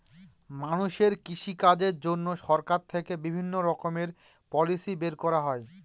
মানুষের কৃষিকাজের জন্য সরকার থেকে বিভিণ্ণ রকমের পলিসি বের করা হয়